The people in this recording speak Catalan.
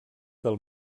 del